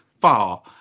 far